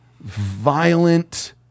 violent